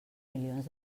milions